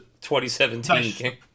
2017